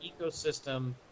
ecosystem